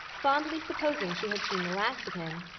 fondly supposing she had seen the last of him.